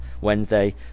wednesday